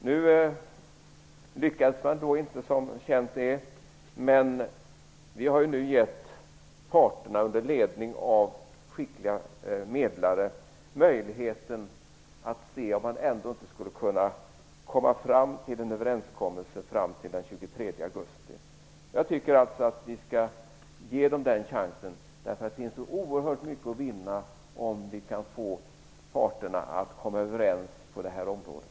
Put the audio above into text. Som bekant är lyckades man ju inte, men vi har nu gett parterna under ledning av skickliga medlare möjlighet att se om man ändå inte skulle nå en överenskommelse under tiden fram till den 23 augusti. Jag tycker alltså att vi skall ge parterna den chansen. Det finns så oerhört mycket att vinna om vi kan få parterna att komma överens på det här området.